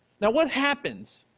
now, what happens?